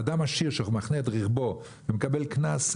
אדם עשיר שמחנה את רכבו ומקבל קנס,